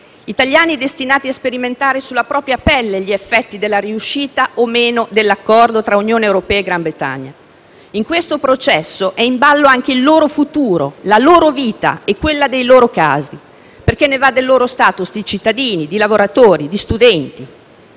Italiani destinati a sperimentare sulla propria pelle gli effetti della riuscita o no dell'accordo tra Unione europea e Regno Unito. In questo processo è in ballo anche il loro futuro, la loro vita e quella dei loro cari, perché ne va del loro *status* di cittadini, di lavoratori, di studenti.